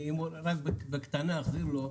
רק בקטנה אני אחזיר לו.